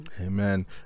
amen